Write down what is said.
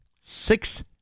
six